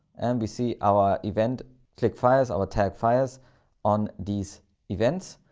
and we see our event click fires, our tag files on these events.